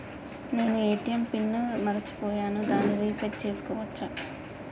నేను ATM PIN ని మరచిపోయాను దాన్ని రీ సెట్ చేసుకోవచ్చా?